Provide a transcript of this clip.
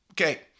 Okay